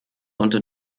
unter